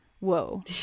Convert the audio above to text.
whoa